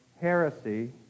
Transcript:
heresy